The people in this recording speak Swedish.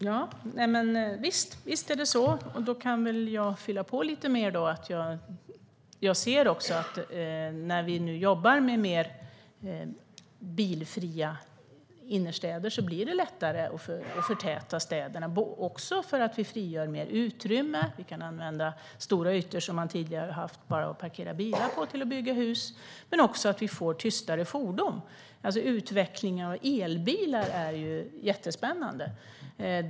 Herr ålderspresident! Visst är det så! Då kan väl jag fylla på lite mer. Jag ser också att det när vi nu jobbar med mer bilfria innerstäder blir lättare att förtäta städerna. Vi frigör mer utrymme. Vi kan använda stora ytor som man tidigare bara har parkerat bilar på till att bygga hus. Utvidgad miljöbrotts-bestämmelse m.m. Men det handlar också om att vi får tystare fordon. Utvecklingen av elbilar är jättespännande.